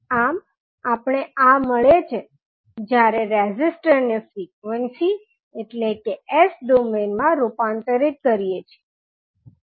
આમ આપણે આ મળે છે જ્યારે રેઝીસ્ટર ને ફ્રીક્વન્સી એટલે કે S ડોમેઇન માં રૂપાંતરિત કરીએ છીએ